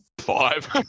Five